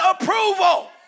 approval